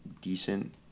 decent